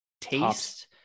taste